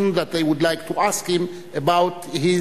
that they would like to ask him about his